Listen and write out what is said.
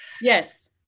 Yes